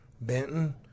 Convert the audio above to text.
Benton